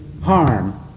harm